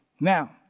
Now